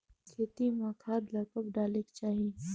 खेती म खाद ला कब डालेक चाही?